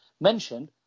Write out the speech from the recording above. mentioned